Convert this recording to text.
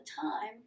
time